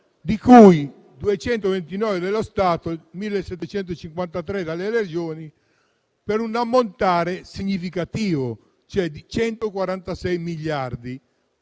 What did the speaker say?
di cui 229 dallo Stato e 1.753 dalle Regioni, per un ammontare significativo di 146 miliardi.